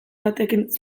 batekin